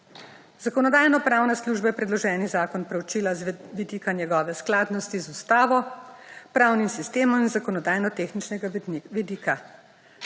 Zakonodajno-pravna služba je predloženi zakon proučila z vidika njegove skladnost z Ustavo, pravnim sistemom iz zakonodajno-tehničnega vidika.